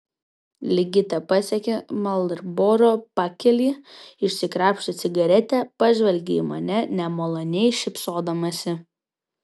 ligita pasiekė marlboro pakelį išsikrapštė cigaretę pažvelgė į mane nemaloniai šypsodamasi